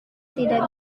tidak